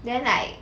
then like